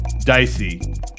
dicey